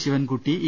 Sivankutty E